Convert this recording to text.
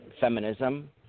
feminism